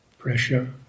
Pressure